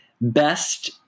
best